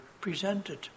presented